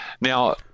Now